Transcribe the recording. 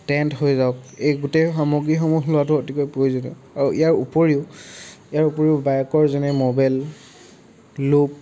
tent হৈ যাওক এই গোটেই সামগ্ৰীসমূহ লোৱাটো অতিকৈ প্ৰয়োজনীয় আৰু ইয়াৰ উপৰিও ইয়াৰ উপৰিও বাইকৰ যেনে মবেল লুক